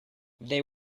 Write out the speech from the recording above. they